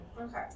Okay